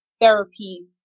therapy